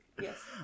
Yes